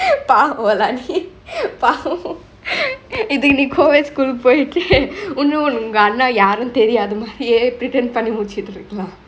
பாவலா நீ:paavola nee பாவொ இதுக்கு நீ:paavo ithuku nee co-ed school போய்டு உன்னு உங்க அண்ண யாருனு தெரியாத மாதிரியே:poitu unnu ungke anna yaarunu teriyathe mathiriyeh pretend பன்னி முடிச்சிட்டிருக்களா:panni mudichitirukala